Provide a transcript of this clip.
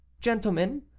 gentlemen